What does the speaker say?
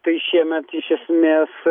tai šiemet iš esmės